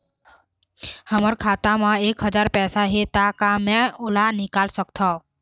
हमर खाता मा एक हजार पैसा हे ता का मैं ओला निकाल सकथव?